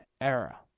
era